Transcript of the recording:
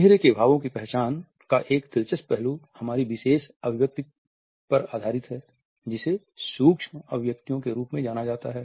चेहरे के भावों की पहचान का एक दिलचस्प पहलू हमारी विशेष अभिव्यक्ति पर आधारित है जिसे सूक्ष्म अभिव्यक्तियों के रूप में जाना जाता है